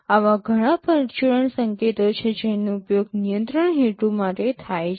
આવા ઘણાં પરચુરણ સંકેતો છે જેનો ઉપયોગ નિયંત્રણ હેતુ માટે થાય છે